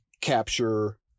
capture